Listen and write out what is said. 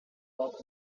cock